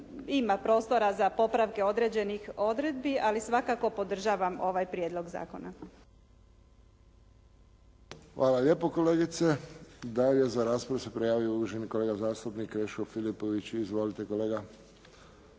ima prostora za popravke određenih odredbi, ali svakako podržavam ovaj prijedlog zakona.